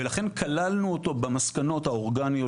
ולכן כללנו אותו במסקנות האורגניות